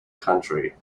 country